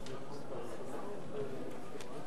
זה בהסכמה?